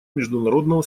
международного